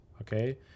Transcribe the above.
Okay